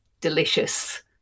delicious